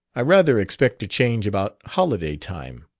i rather expect to change about holiday time.